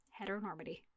heteronormity